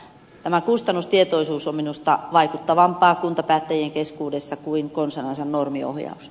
tämä kustannustietoisuus on minusta vaikuttavampaa kuntapäättäjien keskuudessa kuin konsanansa normiohjaus